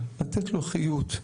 לתת לו חיות.